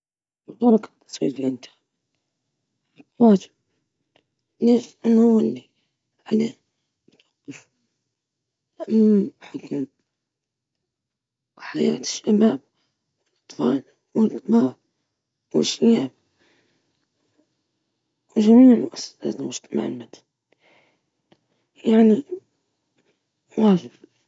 نعم، المشاركة في التصويت دائمًا تعتبر مهمة لأنها تعكس صوت المواطنين في اتخاذ القرارات التي تؤثر على حياتهم، التصويت يعزز الديمقراطية ويتيح للمواطنين التأثير على السياسات العامة.